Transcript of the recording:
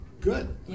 Good